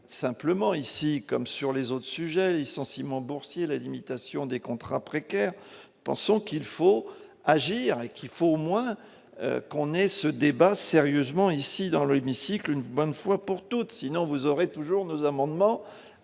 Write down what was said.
simplement ici comme sur les autres sujets licenciements boursiers, la limitation des contrats précaires, pensons qu'il faut agir et qu'il faut au moins qu'on ait ce débat sérieusement ici dans leur hémicycle une bonne fois pour toutes, sinon, vous aurez toujours nos amendements